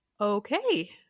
okay